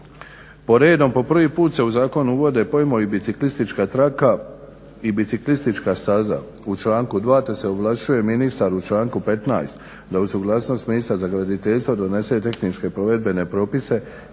Po redom po prvi put se u Zakon uvode pojmovi "biciklistička traka" i "biciklistička staza" u članku 2. te se oglašuje ministar u Članku 15. da uz suglasnost ministra za graditeljstvo donese tehničke provedbene propise kojima